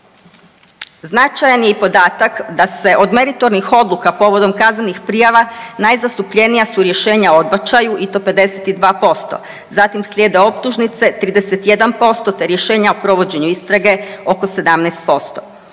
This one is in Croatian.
Značajan je i podatak da se od meritornih odluka povodom kaznenih prijava najzastupljenija su rješenja o odbačaju i to 52%. Zatim slijede optužnice, 31%, te rješenja o provođenju istrage oko 17%.